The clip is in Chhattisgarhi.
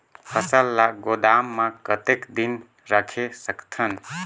फसल ला गोदाम मां कतेक दिन रखे सकथन?